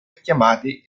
chiamate